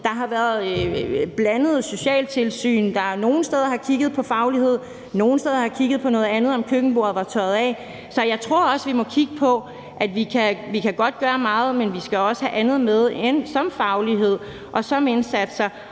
Det har været blandede socialtilsyn, der nogle steder har kigget på faglighed og nogle steder har kigget på noget andet, f.eks. om køkkenbordet var tørret af. Så jeg tror også, at vi må kigge på, at vi godt kan gøre meget, men at vi også skal have andet med som f.eks. faglighed og indsatser.